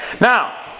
Now